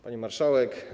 Pani Marszałek!